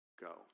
go